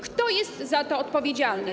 Kto jest za to odpowiedzialny?